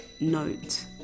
note